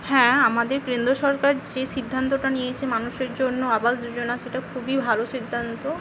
হ্যাঁ আমাদের কেন্দ্র সরকার যে সিদ্ধান্তটা নিয়েছে মানুষের জন্য আবাস যোজনা সেটা খুবই ভালো সিদ্ধান্ত